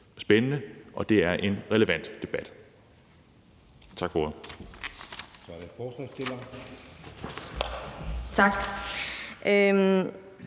spændende. Det er en relevant debat. Tak for ordet.